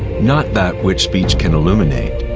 not that which speech can illuminate,